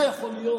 זה יכול להיות?